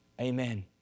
Amen